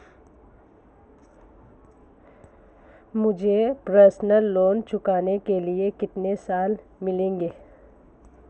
मुझे personal loan चुकाने के लिए कितने साल मिलेंगे?